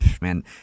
man